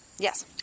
Yes